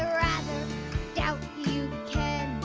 rather doubt you can!